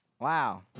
Wow